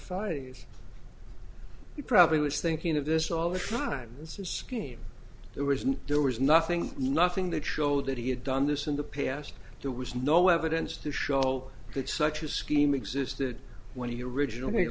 fide he probably was thinking of this all the time it's a scheme there isn't there was nothing nothing that show that he had done this in the past there was no evidence to show that such a scheme existed when he originally